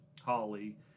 holly